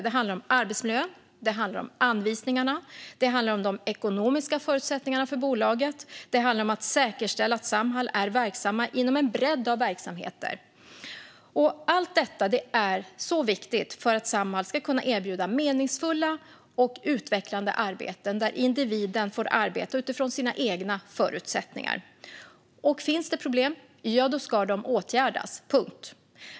Det handlar om arbetsmiljön, det handlar om anvisningarna, det handlar om de ekonomiska förutsättningarna för bolaget och det handlar om att säkerställa att Samhall är verksamt inom en bredd av verksamheter. Allt detta är viktigt för att Samhall ska kunna erbjuda meningsfulla och utvecklande arbeten där individen får arbete utifrån sina egna förutsättningar. Finns det problem ska de åtgärdas, punkt!